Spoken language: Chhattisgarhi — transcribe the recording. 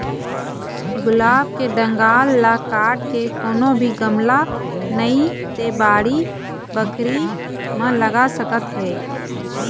गुलाब के डंगाल ल काट के कोनो भी गमला नइ ते बाड़ी बखरी म लगा सकत हे